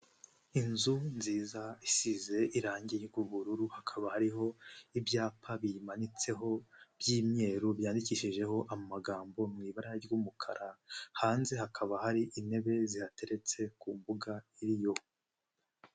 Inzu nziza isize irangi ry'ubururu, hakaba hariho ibyapa biyimanitseho by'imyeru, byandikishijeho amagambo mu ibara ry'umukara, hanze hakaba hari intebe zihateretse ku mbuga iriyo.